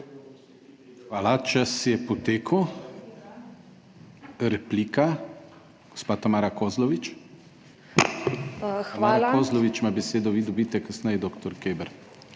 Hvala. Čas je potekel. Replika, gospa Tamara Kozlovič. Tamara Kozlovič ima besedo, vi dobite kasneje, dr. Keber,